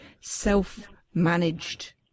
self-managed